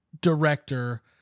director